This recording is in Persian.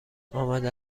آمده